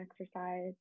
exercise